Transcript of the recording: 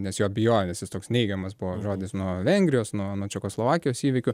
nes jo bijojo nes jis toks neigiamas buvo žodis nuo vengrijos nuo nuo čekoslovakijos įvykių